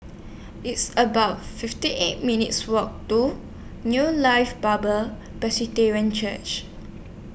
It's about fifty eight minutes' Walk to New Life Bible Church